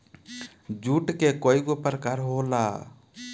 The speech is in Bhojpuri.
जुट के कइगो प्रकार होला